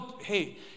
hey